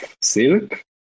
silk